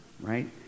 right